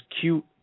cute